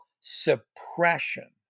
suppression